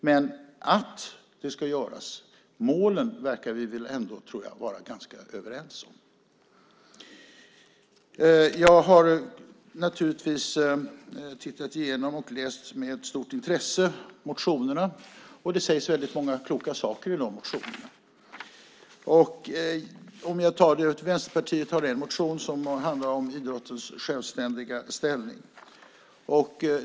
Men att de ska göras - målen - verkar vi ändå vara ganska överens om. Jag har med stort intresse läst igenom motionerna. Det sägs många kloka saker i dem. Vänsterpartiet har en motion om idrottens självständiga ställning.